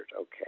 Okay